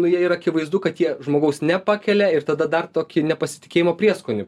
nu jie ir akivaizdu kad jie žmogaus nepakelia ir tada dar tokį nepasitikėjimo prieskoniu